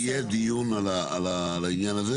אבל יהיה דיון על העניין הזה.